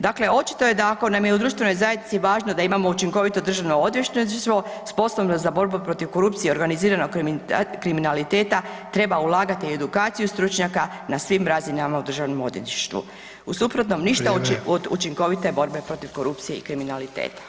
Dakle, očito je da ako nam je u društvenoj zajednici važno da imamo učinkovito državno odvjetništvo, sposobno za borbu protiv korupcije i organiziranog kriminaliteta treba ulagati u edukaciju stručnjaka na svim razinama u državnom odvjetništvu u suprotnom ništa od učinkovite borbe protiv korupcije i kriminaliteta.